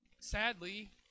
Sadly